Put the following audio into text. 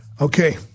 Okay